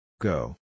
Go